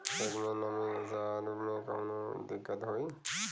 खेत मे नमी स आलू मे कऊनो दिक्कत होई?